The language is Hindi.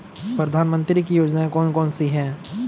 प्रधानमंत्री की योजनाएं कौन कौन सी हैं?